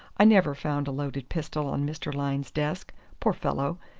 i never found a loaded pistol on mr. lyne's desk poor fellow!